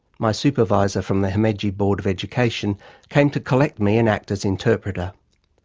my supervisor from the himeji board of education came to collect me and act as interpreter.